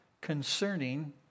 concerning